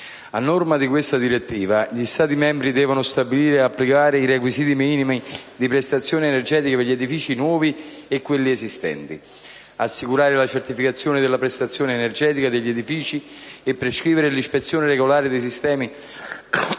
A norma di questa direttiva gli Stati membri devono stabilire e applicare requisiti minimi di prestazione energetica per gli edifici nuovi e per quelli esistenti, assicurare la certificazione della prestazione energetica degli edifici e prescrivere l'ispezione regolare dei sistemi